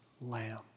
lamb